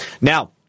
Now